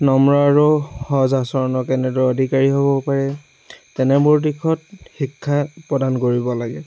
নম্ৰ আৰু সজ আচৰণৰ কেনেদৰে অধিকাৰী হ'ব পাৰে তেনেবোৰ দিশত শিক্ষা প্ৰদান কৰিব লাগে